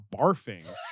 barfing